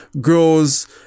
grows